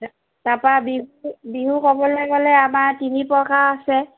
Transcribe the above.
তাপা বিহু বিহু ক'বলৈ গ'লে আমাৰ তিনি প্ৰকাৰৰ আছে